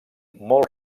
molt